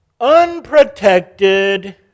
unprotected